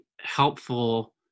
helpful